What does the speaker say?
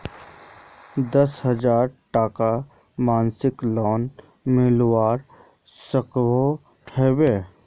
दस हजार टकार मासिक लोन मिलवा सकोहो होबे?